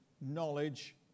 knowledge